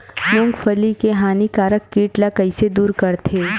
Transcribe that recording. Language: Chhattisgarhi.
मूंगफली के हानिकारक कीट ला कइसे दूर करथे?